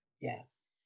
Yes